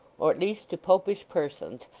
or at least to popish persons,